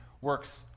works